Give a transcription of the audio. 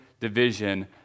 division